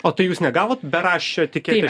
o tai jūs negavot beraščio etiketės